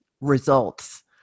results